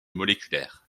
moléculaire